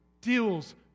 deals